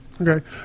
Okay